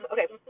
Okay